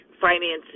financing